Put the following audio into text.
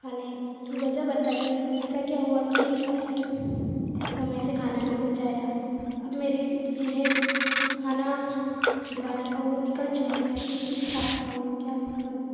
खाने की वजह बताइए ऐसा क्या हुआ कि आपने समय से खाना नहीं पहुँचाया अब मेरे जिन्हें खाना खिलवाना था वो निकल चुके हैं अब मैं किस हिसाब से मैं क्या करूँ